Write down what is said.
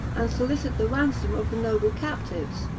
and solicit the ransom of the noble captives.